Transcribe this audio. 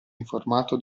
informato